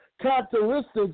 characteristics